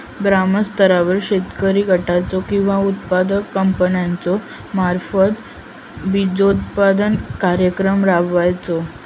ग्रामस्तरावर शेतकरी गटाचो किंवा उत्पादक कंपन्याचो मार्फत बिजोत्पादन कार्यक्रम राबायचो?